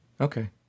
Okay